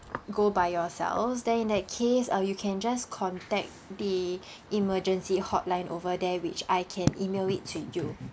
go by yourselves then in that case uh you can just contact the emergency hotline over there which I can email it to you